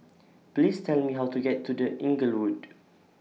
Please Tell Me How to get to The Inglewood